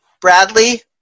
Bradley